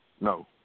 No